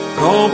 go